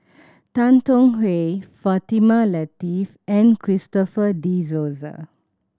Tan Tong Hye Fatimah Lateef and Christopher De Souza